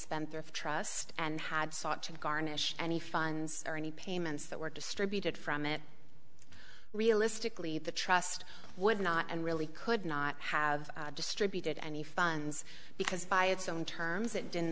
spendthrift trust and had sought to garnish any funds or any payments that were distributed from it realistically the trust would not and really could not have distributed any funds because by its own terms it didn't